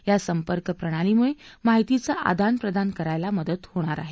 या संपर्क प्रणालीमुळे माहितीचं आदानप्रदान करायला मदत होणार आहे